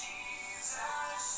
Jesus